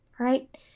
right